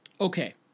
Okay